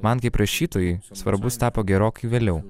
man kaip rašytojui svarbus tapo gerokai vėliau